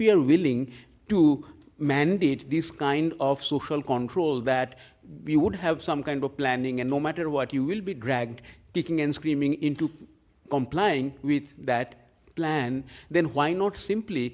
are willing to mandate this kind of social control that we would have some kind of planning and no matter what you will be dragged kicking and screaming into complying with that plan then why not simply